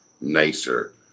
nicer